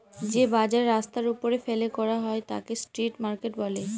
যে বাজার রাস্তার ওপরে ফেলে করা হয় তাকে স্ট্রিট মার্কেট বলে